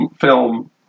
film